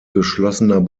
geschlossener